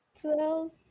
Twelve